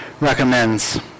recommends